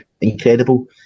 incredible